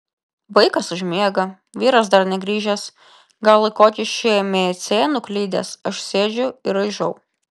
vaikas užmiega vyras dar negrįžęs gal į kokį šmc nuklydęs aš sėdžiu ir raižau